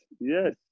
yes